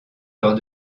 lors